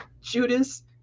Judas